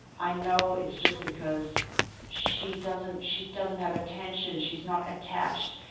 i know it's just because she doesn't she doesn't have attention, she's not attached.